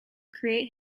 create